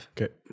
Okay